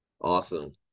Awesome